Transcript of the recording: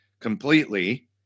completely